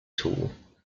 tool